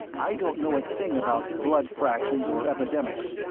i don't know a thing about blood fractions or epidemics.